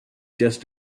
just